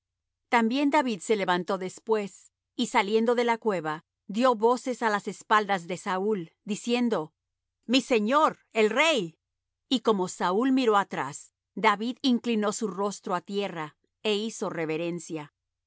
también david se levantó después y saliendo de la cueva dió voces á las espaldas de saúl diciendo mi señor el rey y como saúl miró atrás david inclinó su rotro á tierra é hizo reverencia